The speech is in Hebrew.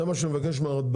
זה מה שאני מבקש מהרלב"ד,